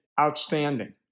outstanding